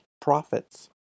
profits